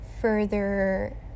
further